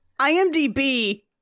IMDb